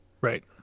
right